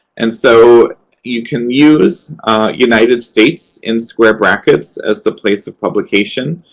and so you can use united states in square brackets as the place of publication.